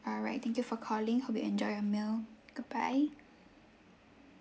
alright thank you for calling hope you enjoy your meal goodbye